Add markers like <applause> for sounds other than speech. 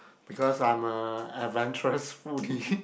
because I'm a adventurous foodie <laughs>